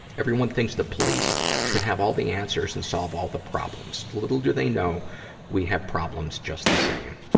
everyone thinks the police should have all the answers and solve all the problems. little do they know we have problems just the same.